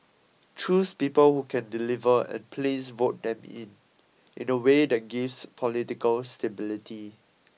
choose people who can deliver and please vote them in in a way that gives political stability